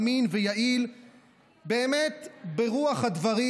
אמין ויעיל באמת ברוח הדברים.